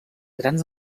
grans